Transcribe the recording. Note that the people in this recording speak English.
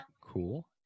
cool